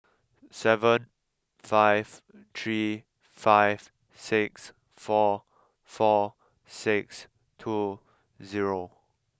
seven five three five six four four six two zero